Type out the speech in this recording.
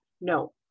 No